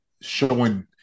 showing